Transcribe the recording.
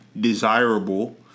desirable